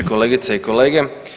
Kolegice i kolege.